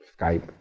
Skype